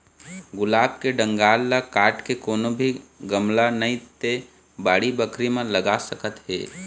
गुलाब के डंगाल ल काट के कोनो भी गमला नइ ते बाड़ी बखरी म लगा सकत हे